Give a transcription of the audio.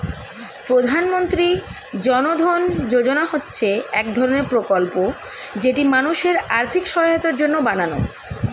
প্রধানমন্ত্রী জন ধন যোজনা হচ্ছে এক ধরণের প্রকল্প যেটি মানুষের আর্থিক সহায়তার জন্য বানানো